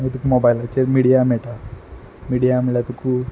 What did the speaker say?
तुका मोबायलाचेर मिडिया मेयटा मिडिया म्हणल्यार तुका